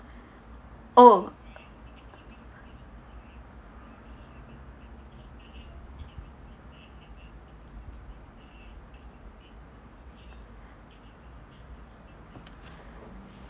oh